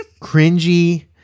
cringy